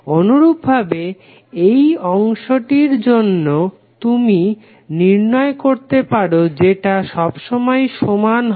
অনুরূপভাবে এই অংশটির জন্য তুমি নির্ণয় করতে পারো যেটা সবসময়েই সমান হবে